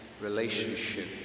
relationship